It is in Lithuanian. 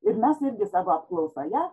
ir mes irgi savo apklausoje